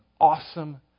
awesome